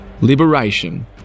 Liberation